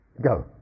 go